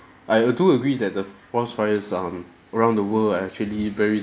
I do agree that the forest fires um around the world are actually very